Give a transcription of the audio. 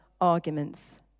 arguments